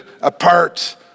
apart